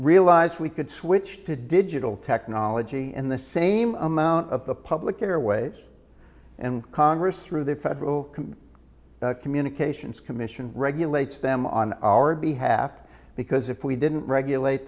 realized we could switch to digital technology in the same amount of the public airwaves and congress through the federal communications commission regulates them on our behalf because if we didn't regulate